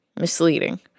Misleading